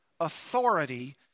authority